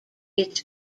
its